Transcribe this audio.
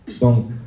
Donc